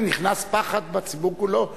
כן, נכנס פחד בציבור כולו.